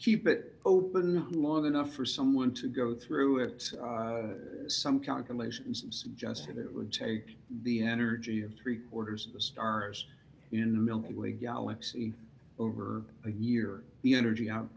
keep it open long enough for someone to go through it some calculations suggested it would take the energy of three quarters of the stars in the milky way galaxy over a year the energy out